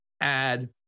add